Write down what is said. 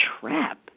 trap